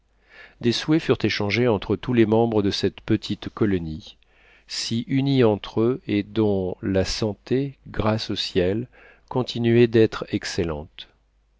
des souhaits furent échangés entre tous les membres de cette petite colonie si unis entre eux et dont la santé grâce au ciel continuait d'être excellente